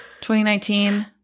2019